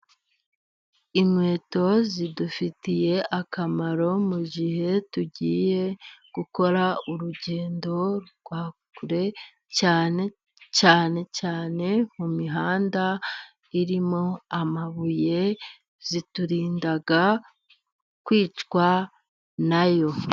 Inkweto zidufitiye akamaro mu gihe tugiye gukora urugendo rwa kure, cyane cyane cyane mu mihanda irimo amabuye ziturinda kwicwa na yo.